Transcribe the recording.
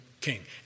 king